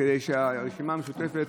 כדי שהרשימה המשותפת,